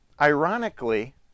Ironically